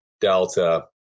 delta